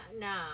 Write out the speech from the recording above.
No